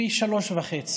פי 3.5,